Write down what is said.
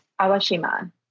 Awashima